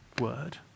word